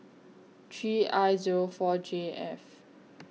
three I Zero four J F